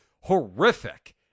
horrific